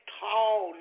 tall